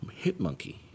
Hitmonkey